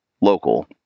local